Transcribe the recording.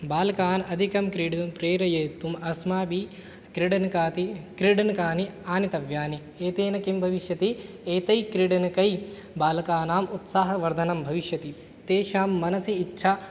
बालकान् अधिकं क्रीडितुं प्रेरयितुम् अस्माभिः क्रीडन् काति क्रीडनकानि आनेतव्यानि एतेन किं भविष्यति एतैः क्रीडनकैः बालकानाम् उत्साहवर्धनं भविष्यति तेषां मनसि इच्छा